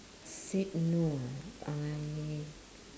said no ah I